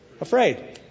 Afraid